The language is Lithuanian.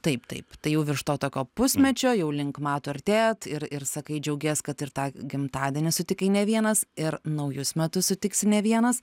taip taip tai jau virš to tokio pusmečio jau link metų artėjat ir ir sakai džiaugies kad ir tą gimtadienį sutikai ne vienas ir naujus metus sutiksi ne vienas